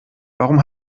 warum